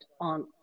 on